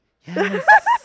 Yes